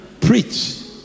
preach